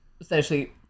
essentially